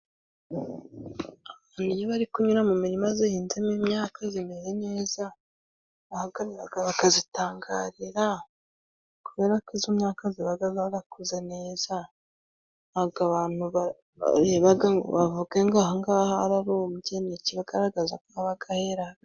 Iyo bari kunyura mu mirima ihinzemo imyaka imeze neza, barahagarara bakayitangarira kuberako iyo myaka iba yarakuze neza, ntabwo abantu bareba ngo bavuge ngo aha ngaha hararumbye. Ni ikigaragazako haba hera.